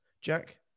Jack